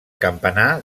campanar